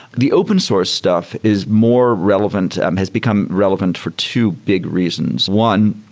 the open source stuff is more relevant, um has become relevant for two big reasons. one,